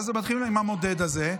ואז מתחילים עם המודד הזה.